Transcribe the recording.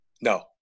No